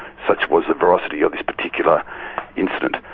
such was the ferocity of this particular incident.